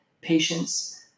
patients